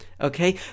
Okay